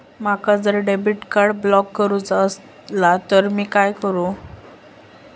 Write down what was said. माका जर debit card block करूचा असला तर मी काय करू?